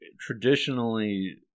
traditionally